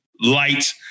light